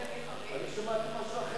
אני שמעתי משהו אחר.